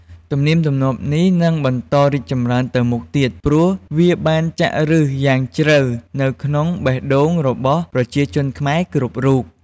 ទំនៀមទម្លាប់នេះនឹងបន្តរីកចម្រើនទៅមុខទៀត ព្រោះវាបានចាក់ឫសយ៉ាងជ្រៅនៅក្នុងបេះដូងរបស់ប្រជាជនខ្មែរគ្រប់រូប។